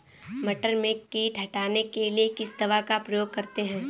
मटर में कीट हटाने के लिए किस दवा का प्रयोग करते हैं?